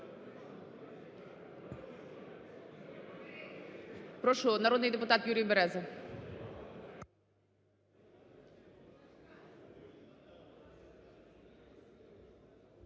Прошу, народний депутат Юрій Береза.